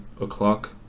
o'clock